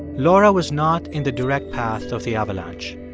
laura was not in the direct path of the avalanche.